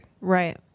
Right